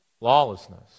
Lawlessness